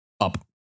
up